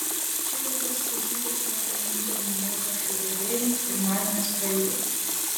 čia jų pasiklausyti turėjo galimybę ir minėtojo šou gerbėjai ir malmės praeiviai